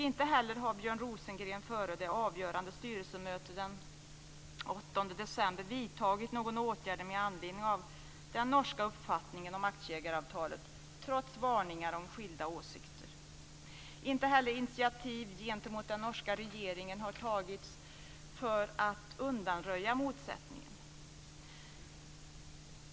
Inte heller har Björn Rosengren före det avgörande styrelsemötet den 8 december vidtagit några åtgärder med anledning av den norska uppfattningen av aktieägaravtalet, trots varningar om skilda åsikter. Några initiativ gentemot den norska regeringen har inte heller tagits för att undanröja motsättningen.